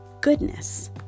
goodness